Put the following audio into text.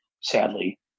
sadly